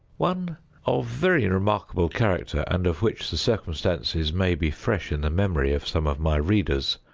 one of very remarkable character, and of which the circumstances may be fresh in the memory of some of my readers,